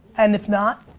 and if not?